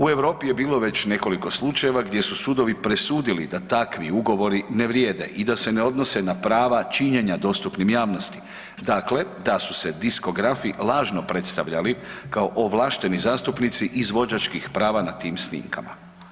U Europi je bilo već nekoliko slučajeva gdje su sudovi presudili da takvi ugovori ne vrijede i da se ne odnose na prava činjenja dostupnim javnosti, dakle da su se diskografi lažno predstavljali kao ovlašteni zastupnici izvođačkih prava na tim snimkama.